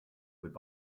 would